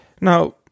Now